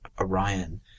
Orion